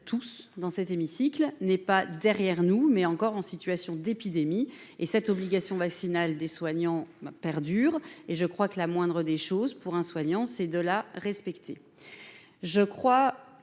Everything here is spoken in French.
tous dans cet hémicycle n'est pas derrière nous, mais encore en situation d'épidémie et cette obligation vaccinale des soignants ma perdure, et je crois que la moindre des choses pour un soignant, c'est de la respecter, je crois,